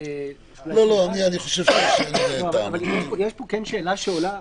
יש כאן כן שאלה שעולה,